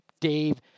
Dave